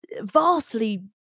vastly